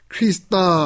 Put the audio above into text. Krista